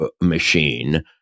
machine